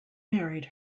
married